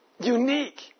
unique